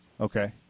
Okay